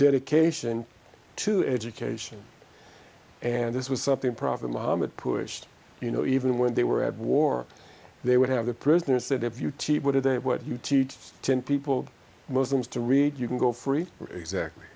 dedication to education and this was something prophet muhammad pushed you know even when they were at war they would have the prisoners that if you keep it that what you teach ten people muslims to read you can go free exactly